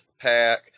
pack